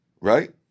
Right